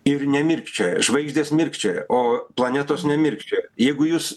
ir nemirkčioja žvaigždės mirkčioja o planetos nemirkčioja jeigu jūs